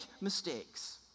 mistakes